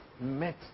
met